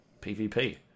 PvP